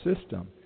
system